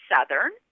Southern